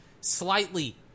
Slightly